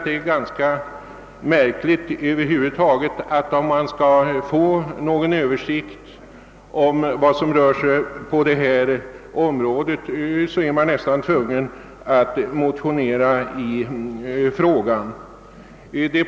Det är ganska märkligt att om man skall få reda på vad som tilldrar sig på samhällsplaneringens område, så måste det ske genom att väcka motioner i ärendet.